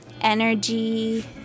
energy